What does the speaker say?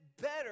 better